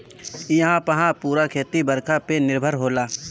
इहां पअ पूरा खेती बरखा पे निर्भर होला